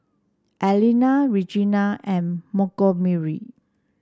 Alina Regina and Montgomery